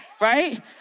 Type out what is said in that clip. right